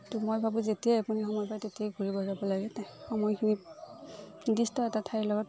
ত' মই ভাবোঁ যেতিয়াই আপুনি সময় পায় তেতিয়াই ঘূৰিব যাব লাগে সময়খিনি নিৰ্দিষ্ট এটা ঠাইৰ লগত